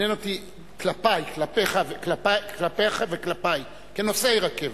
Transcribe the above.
מעניין אותי: כלפי, כלפיך, כנוסעי רכבת,